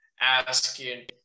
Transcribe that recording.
asking